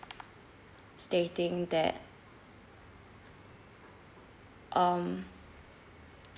stating that um